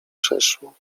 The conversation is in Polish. przeszło